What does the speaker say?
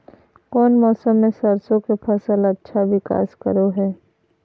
कौन मौसम मैं सरसों के फसल अच्छा विकास करो हय?